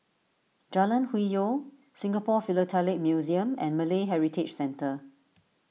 Jalan Hwi Yoh Singapore Philatelic Museum and Malay Heritage Centre